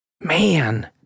Man